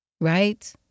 Right